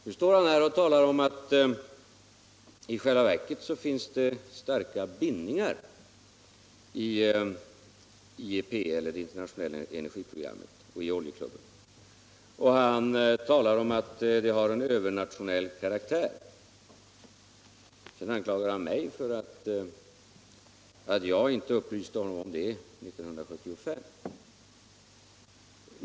Nu talar han om att det i själva verket finns starka bindningar i IEP, det internationella energiprogrammet, och i Oljeklubben och menar att de har en övernationell karaktär. Sedan anklagar han mig för att jag inte upplyste honom om det 1975.